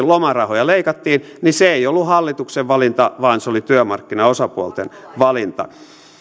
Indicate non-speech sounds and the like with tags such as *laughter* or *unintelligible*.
*unintelligible* lomarahoja leikattiin eivät olleet hallituksen valinta vaan työmarkkinaosapuolten valinta